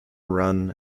run